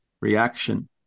reaction